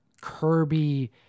Kirby